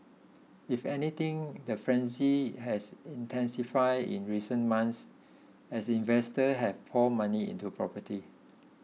if anything the frenzy has intensified in recent months as investor have poured money into property